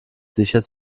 sicher